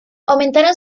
aumentaron